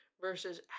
versus